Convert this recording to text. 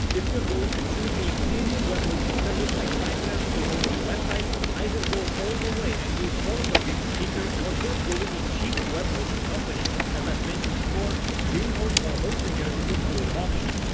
if you're going to choose a premium web hosting service like siteground to host your website either go all the way and use all of the premium features or just go with a cheap web hosting company. as i've mentioned before dreamhost or hostinger is a good option.